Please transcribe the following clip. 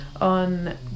on